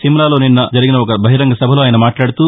సిమ్లాలో నిన్న జరిగిన ఓ బహిరంగనభలో ఆయన మాట్లాడుతూ